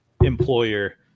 employer